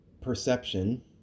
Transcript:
perception